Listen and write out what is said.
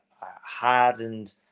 hardened